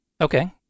Okay